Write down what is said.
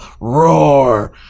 roar